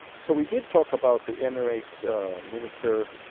so we did talk about the emirates' minister.